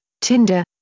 Tinder